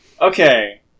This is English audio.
Okay